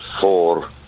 four